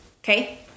Okay